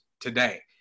today